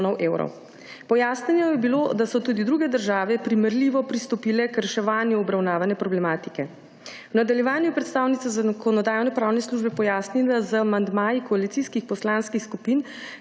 Pojasnjeno je bilo, da so tudi druge države primerljivo pristopile k reševanju obravnavane problematike. V nadaljevanju je predstavnica Zakonodajno-pravne službe pojasnila, da z amandmaji koalicijskih poslanskih skupin